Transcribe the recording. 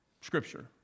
scripture